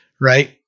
right